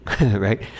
right